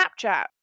Snapchat